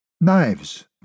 Knives